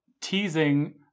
teasing